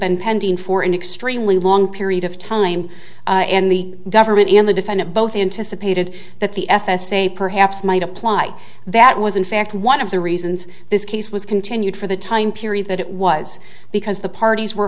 been pending for an extremely long period of time and the government and the defendant both anticipated that the f s a perhaps might apply that was in fact one of the reasons this case was continued for the time period that it was because the parties were